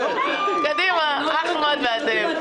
קדימה, אחמד ואתם.